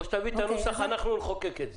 או שתביאו את הנוסח ואנחנו נחוקק את זה.